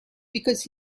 because